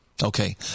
Okay